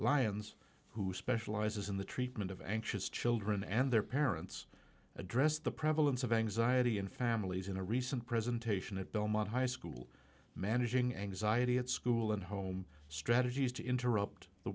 lyons who specializes in the treatment of anxious children and their parents addressed the prevalence of anxiety in families in a recent presentation at belmont high school managing anxiety at school and home strategies to interrupt the